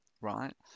right